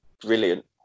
brilliant